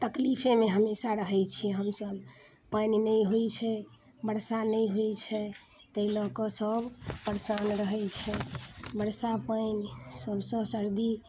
तकलीफेमे हमेशा रहै छी हमसभ पानि नहि होइ छै बरसा नहि होइ छै तै लऽ कऽ सभ परेशान रहै छै बरसा पानि सभसँ सर्दी